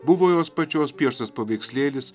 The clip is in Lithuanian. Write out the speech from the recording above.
buvo jos pačios pieštas paveikslėlis